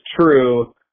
true